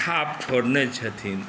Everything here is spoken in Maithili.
छाप छोड़ने छथिन